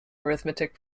arithmetic